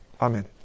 Amen